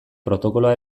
protokoloa